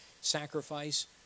sacrifice